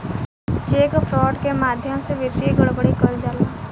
check fraud के माध्यम से वित्तीय गड़बड़ी कईल जाला